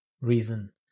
reason